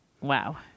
Wow